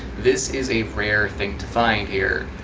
this is a rare thing to find here.